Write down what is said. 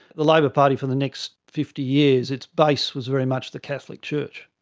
the labor party for the next fifty years, its base was very much the catholic church,